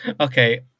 Okay